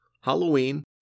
Halloween